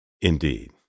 Indeed